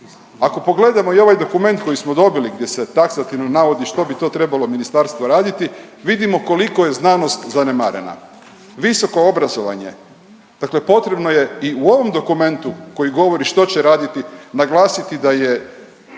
Ako pogledamo i ovaj dokument koji smo dobili gdje se taksativno navodi što bi to trebalo ministarstvo raditi, vidimo koliko je znanost zanemarena. Visoko obrazovanje, dakle potrebno je i u ovom dokumentu koji govori što će raditi, naglasiti da je